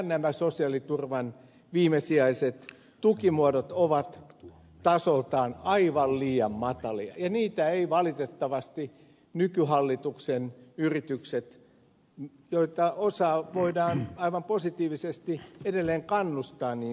nämä sosiaaliturvan viimesijaiset tukimuodot ovat tasoltaan aivan liian matalia ja sitä eivät valitettavasti nykyhallituksen yritykset joista osaa voidaan aivan positiivisesti edelleen kannustaa täysin poista